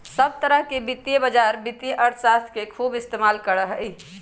सब तरह के वित्तीय बाजार वित्तीय अर्थशास्त्र के खूब इस्तेमाल करा हई